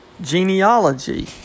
genealogy